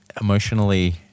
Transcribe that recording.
emotionally